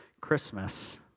Christmas